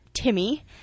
Timmy